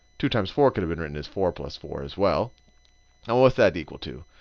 two times four could've been written as four plus four as well. and what's that equal to?